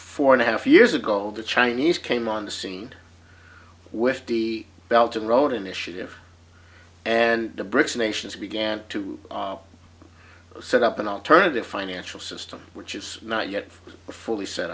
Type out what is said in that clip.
four and a half years ago the chinese came on the scene with the belgian road initiative and the brics nations began to set up an alternative financial system which is not yet fully set